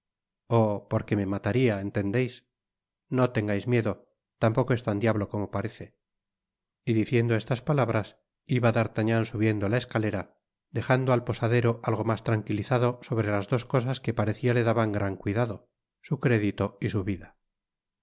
oh porque me mataria entendeis no tengais miedo tampoco es tan diablo como parece y diciendo estas palabras iba d'artagnan subiendo la escalera dejando al posadero algo mas tranquilizado sobre las dos cosas que parecía le daban gran cuidado su crédito y su vida